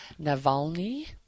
Navalny